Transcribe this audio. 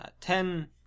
Ten